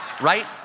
right